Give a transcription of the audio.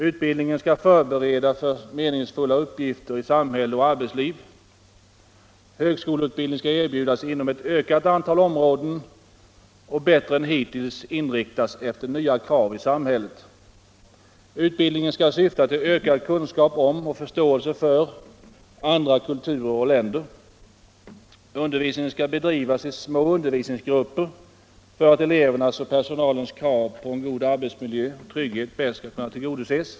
Utbildningen skall förbereda för meningsfulla uppgifter i samhälle och arbetsliv. Högskoleutbildning skall erbjudas inom ett ökat antal områden och bättre än hittills inriktas efter nya krav i samhället. Utbildningen skall syfta till ökad kunskap om och förståelse för andra kulturer och länder. Undervisningen skall bedrivas i små undervisningsgrupper för att elevernas och personalens krav på arbetsmiljö och trygghet bäst skall kunna tillgodoses.